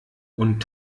und